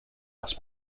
más